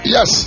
Yes